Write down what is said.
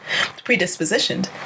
predispositioned